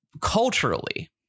Culturally